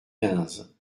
quinze